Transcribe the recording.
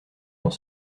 ans